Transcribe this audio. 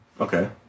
Okay